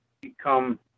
become